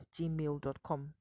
gmail.com